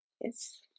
Yes